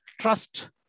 trust